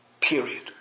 Period